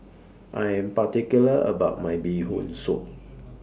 I Am particular about My Bee Hoon Soup